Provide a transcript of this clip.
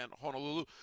Honolulu